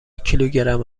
کیلوگرم